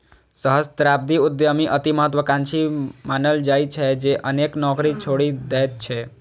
सहस्राब्दी उद्यमी अति महात्वाकांक्षी मानल जाइ छै, जे अनेक नौकरी छोड़ि दैत छै